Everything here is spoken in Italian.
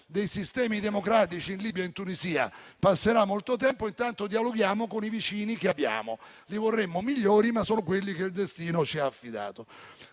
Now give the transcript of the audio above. dei sistemi democratici in Libia e in Tunisia, passerà molto tempo e intanto dialoghiamo con i vicini che abbiamo. Li vorremmo migliori, ma sono quelli che il destino ci ha affidato.